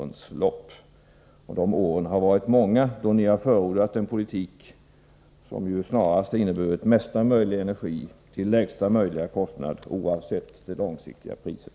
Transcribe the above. Ni har under många år förordat en politik som snarast inneburit mesta möjliga energi till lägsta möjliga kostnad, oavsett det långsiktiga priset.